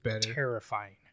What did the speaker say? terrifying